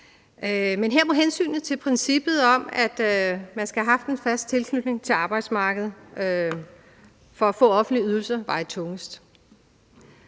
Men her må hensynet til princippet om, at man skal have haft en fast tilknytning til arbejdsmarkedet for at få offentlige ydelser, veje tungest.